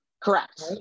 Correct